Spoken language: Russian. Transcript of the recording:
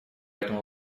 этому